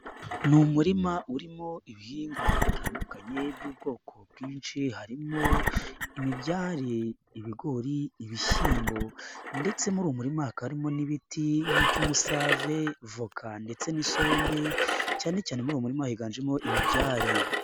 Ni umurima urimo ibihingwa bitandukanye by'ubwoko bw'inshi harimo imibyare, ibigori, ibishyimbo ndetse muri uwo murima hakaba harimo n'ibiti nk'icy'umusave, voka ndetse n'isombe cyane cyane muri uwo murima higanjemo imibyare.